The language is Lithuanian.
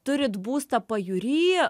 turit būstą pajūry